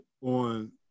on